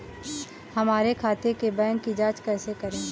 हमारे खाते के बैंक की जाँच कैसे करें?